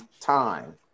time